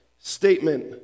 statement